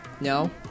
No